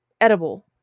Edible